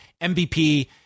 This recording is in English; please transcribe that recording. MVP